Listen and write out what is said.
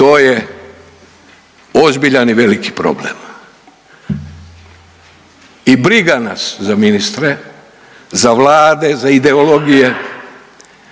To je ozbiljan i veliki problem. I briga nas za ministre, za vlade, za ideologije,